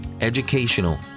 educational